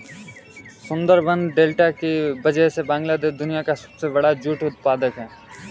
Sundarban delta की वजह से बांग्लादेश दुनिया का सबसे बड़ा जूट उत्पादक है